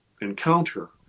encounter